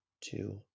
two